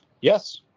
yes